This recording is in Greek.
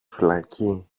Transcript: φυλακή